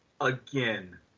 again